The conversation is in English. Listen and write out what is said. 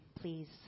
please